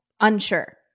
Unsure